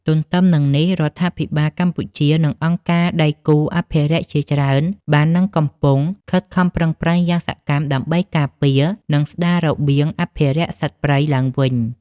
ទន្ទឹមនឹងនេះរដ្ឋាភិបាលកម្ពុជា និងអង្គការដៃគូអភិរក្សជាច្រើនបាននិងកំពុងខិតខំប្រឹងប្រែងយ៉ាងសកម្មដើម្បីការពារ និងស្តាររបៀងអភិរក្សសត្វព្រៃឡើងវិញ។